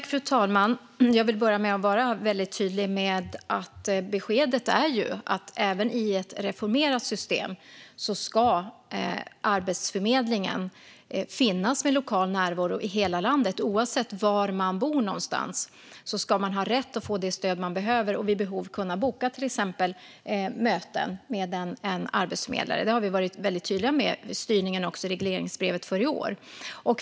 Fru talman! Jag vill börja med att vara väldigt tydlig med beskedet att Arbetsförmedlingen även i ett reformerat system ska finnas med lokal närvaro i hela landet. Oavsett var man bor någonstans ska man ha rätt att få det stöd man behöver och vid behov till exempel kunna boka möten med en arbetsförmedlare. Det har vi varit väldigt tydliga med i regleringsbrevet för i år.